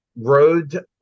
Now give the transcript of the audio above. Road